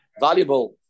Valuable